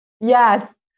Yes